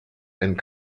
and